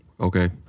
Okay